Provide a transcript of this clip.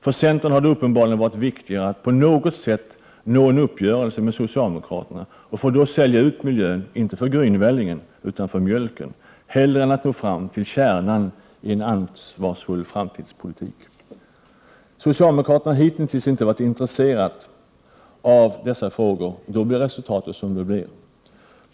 För centern har det uppenbarligen varit viktigare att på något sätt nå en uppgörelse med socialdemokraterna, och centern får då sälja ut miljön, inte för grynvällingen utan för mjölken, hellre än att nå fram till kärnan i en ansvarsfull framtidspolitik. Socialdemokraterna har hitintills inte varit intresserade av dessa frågor, och då blir resultatet som det blir.